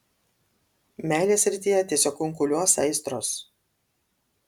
meilės srityje tiesiog kunkuliuos aistros